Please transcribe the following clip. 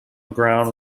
ground